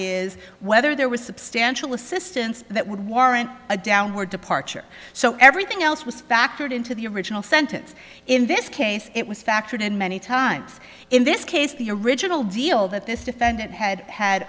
is whether there was substantial assistance that would warrant a downward departure so everything else was factored into the original sentence in this case it was factored in many times in this case the original deal that this defendant had had